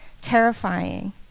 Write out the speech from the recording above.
terrifying